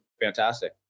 fantastic